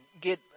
get